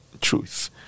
truth